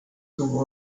tuvo